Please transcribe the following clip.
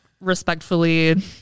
respectfully